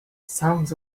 sounds